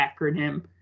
acronym